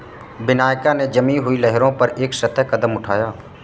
Bianca ने जमी हुई लहरों पर एक सतर्क कदम उठाया